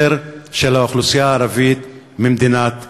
של האוכלוסייה הערבית ממדינת ישראל.